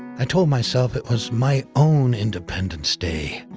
i told myself it was my own independence day.